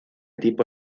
tipo